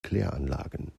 kläranlagen